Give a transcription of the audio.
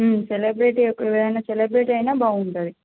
celebrity ఒకరైనా celebrity అయినా బాగుంటుంది